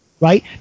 right